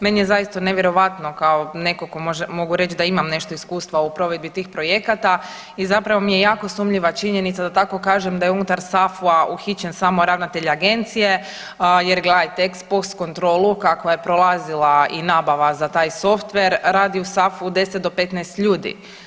Meni je zaista nevjerojatno kao netko tko može, mogu reći da imam nešto iskustava u provedbi tih projekata i zapravo mi je jako sumnjiva činjenica da tako kažem da je unutar SAFU-a uhićen samo ravnatelj agencije jer gledajte ex post kontrolu kakva je prolazila i nabava za taj softver radi u SAFU-u 10 do 15 ljudi.